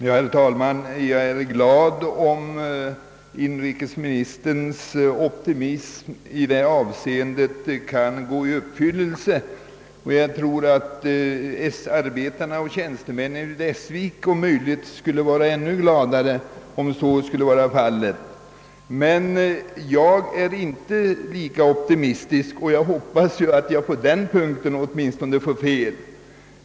Herr talman! Jag är glad om inrikesministerns optimism i detta avseende visar sig vara berättigad. Jag tror att arbetarna och tjänstemännen i Essvik om möjligt skulle vara ännu gladare om så skulle vara fallet. Men jag är inte lika optimistisk, och jag hoppas alltså att jag åtminstone på den punkten får fel.